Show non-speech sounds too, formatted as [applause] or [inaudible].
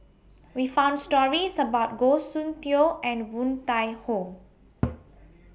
We found stories about Goh Soon Tioe and Woon Tai Ho [noise]